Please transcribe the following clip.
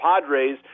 Padres